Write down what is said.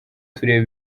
tureba